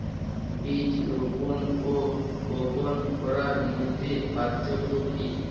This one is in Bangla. বীজ রোপন ও বপন করার মধ্যে পার্থক্য কি?